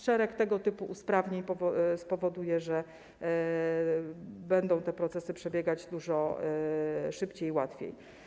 Szereg tego typu usprawnień spowoduje, że te procesy będą przebiegać dużo szybciej i łatwiej.